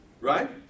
Right